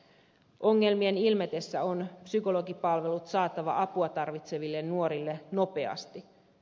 ongelmien ilmetessä on psykologipalvelut saatava apua tarvitseville nuorille nopeasti